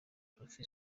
prof